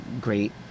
great